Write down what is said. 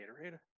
Gatorade